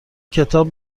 کتاب